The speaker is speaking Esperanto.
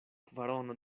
kvarono